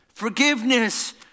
forgiveness